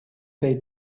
they